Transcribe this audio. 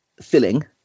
filling